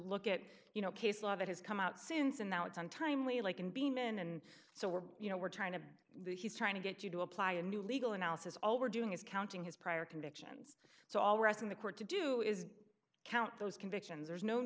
look at you know case law that has come out since and now it's untimely like in benin and so we're you know we're trying to he's trying to get you to apply a new legal analysis all we're doing is counting his prior convictions so all we're asking the court to do is count those convictions there's no ne